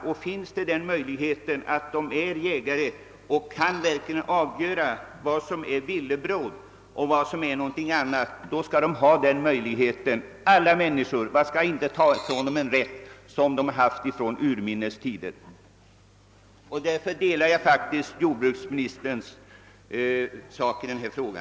Det kan även tänkas att de är verkliga jägare, som kan avgöra vad som är villebråd och vad som är någonting annat. Alla människor bör ha möjlighet att jaga; man skall inte ta från dem en rätt som de har haft från urminnes. tider. Därför delar jag faktiskt jordbruksministerns uppfattning i denna fråga.